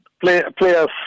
players